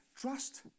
trust